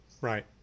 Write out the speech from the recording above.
Right